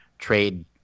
trade